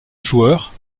joueur